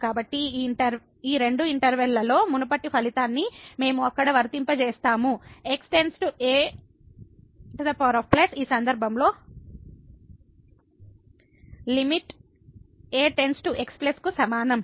కాబట్టి ఈ రెండు ఇంటర్వెల్ లలో మునుపటి ఫలితాన్ని మనం అక్కడ వర్తింపజేస్తాము X→a ఈ సందర్భంలో లిమిట్ a x కు సమానం